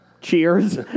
Cheers